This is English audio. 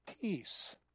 peace